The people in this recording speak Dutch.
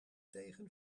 tegen